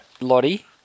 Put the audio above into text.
Lottie